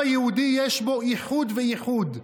העם היהודי יש בו איחוד וייחוד,